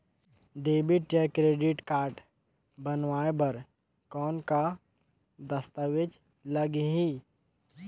Debit या credit card बनवाय बर कौन का दस्तावेज लगही?